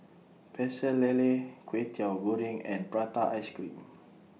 Pecel Lele Kway Teow Goreng and Prata Ice Cream